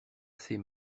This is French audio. assez